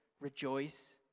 rejoice